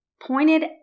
pointed